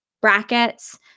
brackets